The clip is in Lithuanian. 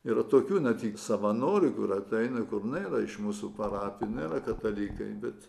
yra tokių ne tik savanorių kur ateina kur nueina iš mūsų parapijų nėra katalikai bet